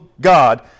God